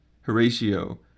Horatio